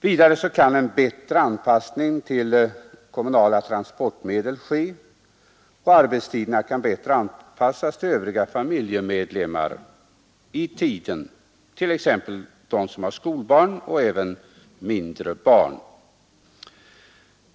Vidare kan en bättre anpassning ske till kommunala transportmedel, och arbetstiderna kan bättre anpassas till övriga familjemedlemmars tider, t.ex. skolbarnens.